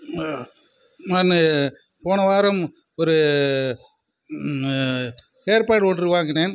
ஆ நான் போன வாரம் ஒரு ஏர்பேட் ஒன்று வாங்கினேன்